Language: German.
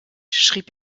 schrieb